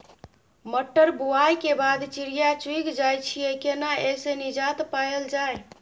मटर बुआई के बाद चिड़िया चुइग जाय छियै केना ऐसे निजात पायल जाय?